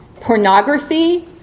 pornography